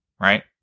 right